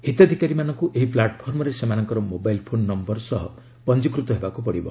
ହିତାଧିକାରୀମାନଙ୍କୁ ଏହି ପ୍ଲାଟଫର୍ମରେ ସେମାନଙ୍କର ମୋବାଇଲ୍ ଫୋନ୍ ନମ୍ଭର ସହ ପଞ୍ଜିକୃତ ହେବାକୁ ପଡ଼ିବ